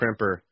crimper